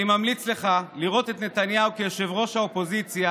אני ממליץ לך לראות את נתניהו כראש האופוזיציה